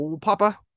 Papa